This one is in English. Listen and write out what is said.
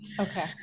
Okay